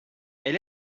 elle